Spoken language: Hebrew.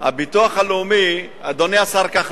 הביטוח הלאומי, אדוני השר כחלון,